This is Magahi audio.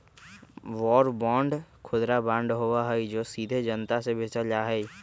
वॉर बांड खुदरा बांड होबा हई जो सीधे जनता के बेचल जा हई